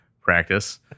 practice